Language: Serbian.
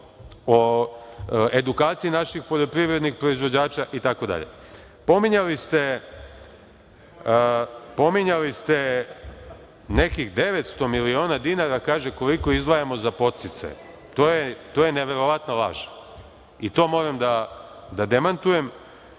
o edukaciji naših poljoprivrednih proizvođača itd. Pominjali ste nekih 900 miliona dinara, kaže, koliko izdvajamo za podsticaje. To je neverovatna laž, i to moram da demantujem.